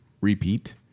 repeat